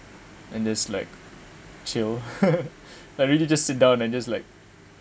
and just like chill like really just sit down and just like